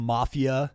Mafia